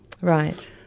Right